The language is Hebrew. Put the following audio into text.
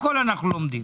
הכול אנחנו לומדים.